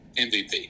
MVP